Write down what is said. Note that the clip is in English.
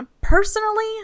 personally